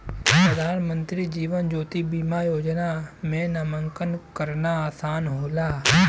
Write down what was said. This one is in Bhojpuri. प्रधानमंत्री जीवन ज्योति बीमा योजना में नामांकन करना आसान होला